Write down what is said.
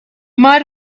might